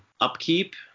upkeep